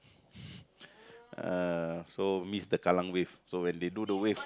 ah so miss the Kallang Wave so when they do the wave